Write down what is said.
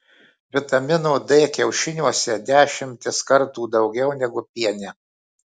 vitamino d kiaušiniuose dešimtis kartų daugiau negu piene